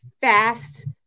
fast